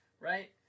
right